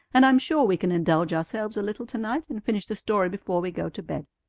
and i'm sure we can indulge ourselves a little to-night, and finish the story before we go to bed.